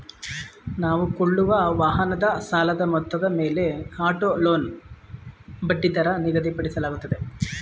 ನಾವು ಕೊಳ್ಳುವ ವಾಹನದ ಸಾಲದ ಮೊತ್ತದ ಮೇಲೆ ಆಟೋ ಲೋನ್ ಬಡ್ಡಿದರ ನಿಗದಿಪಡಿಸಲಾಗುತ್ತದೆ